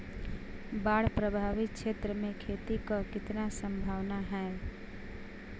बाढ़ प्रभावित क्षेत्र में खेती क कितना सम्भावना हैं?